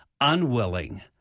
unwilling